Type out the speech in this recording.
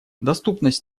доступность